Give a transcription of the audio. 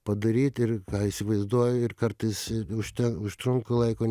padaryt ir ką įsivaizduoju ir kartais užten užtrunka laiko